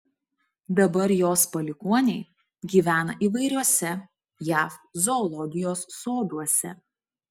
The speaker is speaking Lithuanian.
dabar jos palikuoniai gyvena įvairiuose jav zoologijos soduose